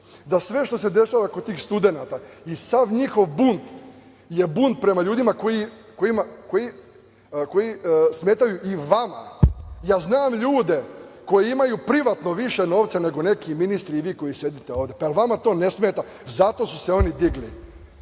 da sve što se dešava kod tih studenta i sav njihov bunt je bunt prema ljudima koji smetaju i vama. Znam ja ljude koji imaju privatno više novca nego neki ministri i vi koji sedite ovde. Jel vama to ne smeta? Zato su se oni digli.